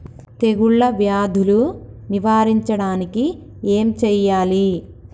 తెగుళ్ళ వ్యాధులు నివారించడానికి ఏం చేయాలి?